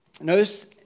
notice